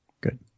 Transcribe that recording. good